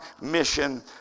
mission